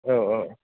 औ औ